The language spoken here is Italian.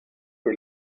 che